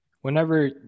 Whenever